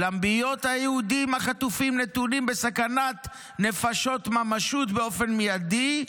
אולם בהיות היהודים החטופים נתונים בסכנת נפשות ממשות באופן מיידי,